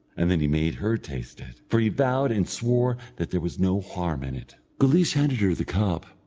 and then he made her taste it, for he vowed and swore that there was no harm in it. guleesh handed her the cup,